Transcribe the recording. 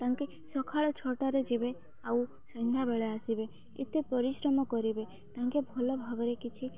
ତାଙ୍କେ ସକାଳ ଛଅଟାରେ ଯିବେ ଆଉ ସନ୍ଧ୍ୟାବେଳେ ଆସିବେ ଏତେ ପରିଶ୍ରମ କରିବେ ତାଙ୍କେ ଭଲ ଭାବରେ କିଛି